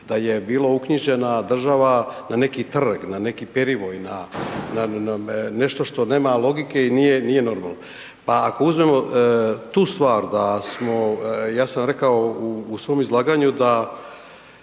da je bila uknjižena država na neki trg, na neki perivoj, na nešto što nema logike i nije normalno. Pa ako uzmemo tu stvar da smo, ja sam rekao u svom izlaganju da